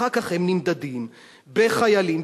אחר כך נמדדים בחיילים,